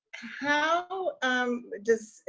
how um does,